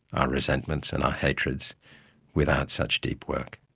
our resentments and our hatreds without such deep work.